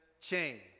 change